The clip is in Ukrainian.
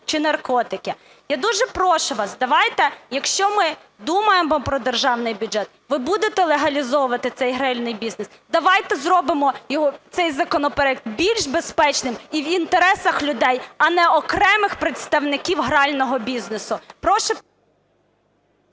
чи наркотики. Я дуже прошу вас, давайте, якщо ми думаємо про державний бюджет, ви будете легалізовувати цей гральний бізнес, давайте зробимо його, цей законопроект, більш безпечним і в інтересах людей, а не окремих представників грального бізнесу.